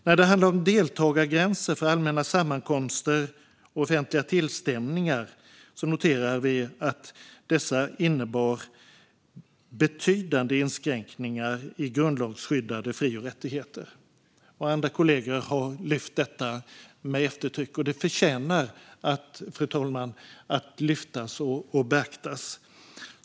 När det handlar om deltagargränser vid allmänna sammankomster och offentliga tillställningar noterar vi att dessa innebar betydande inskränkningar i grundlagsskyddade fri och rättigheter. Andra kollegor har lyft detta med eftertryck, och det förtjänar att lyftas och beaktas, fru talman.